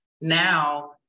Now